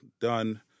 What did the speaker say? done